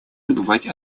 забывать